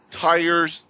tires